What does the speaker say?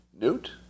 Newt